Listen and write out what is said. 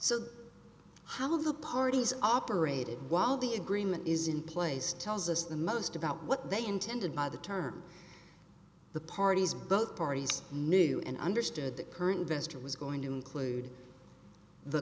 so how the parties operated while the agreement is in place tells us the most about what they intended by the term the parties both parties knew and understood the current best it was going to include the